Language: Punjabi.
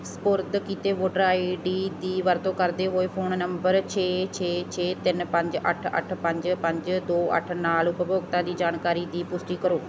ਸਪੁਰਦ ਕੀਤੇ ਵੋਟਰ ਆਈ ਡੀ ਦੀ ਵਰਤੋਂ ਕਰਦੇ ਹੋਏ ਫ਼ੋਣ ਨੰਬਰ ਛੇ ਛੇ ਛੇ ਤਿੰਨ ਪੰਜ ਅੱਠ ਅੱਠ ਪੰਜ ਪੰਜ ਦੋ ਅੱਠ ਨਾਲ ਉਪਭੋਗਤਾ ਦੀ ਜਾਣਕਾਰੀ ਦੀ ਪੁਸ਼ਟੀ ਕਰੋ